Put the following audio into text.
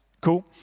Cool